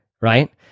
right